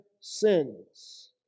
sins